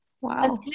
Wow